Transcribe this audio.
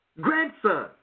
grandson